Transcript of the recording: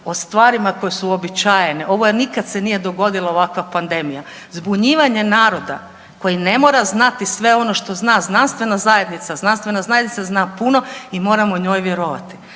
o stvarima koje su uobičajene. Ovo nikad se nije dogodila ovakva pandemija. Zbunjivanje naroda koji ne mora znati sve ono što zna znanstvena zajednica. Znanstvena zajednica zna puno i moramo njoj vjerovati.